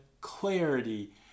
clarity